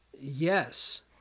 Yes